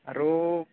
আৰু